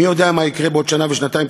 מי יודע מה יקרה בעוד שנה ושנתיים,